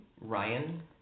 Ryan